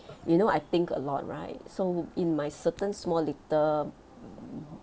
you know I think a lot right so in my certain small little